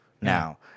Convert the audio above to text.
now